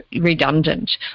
redundant